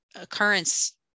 occurrence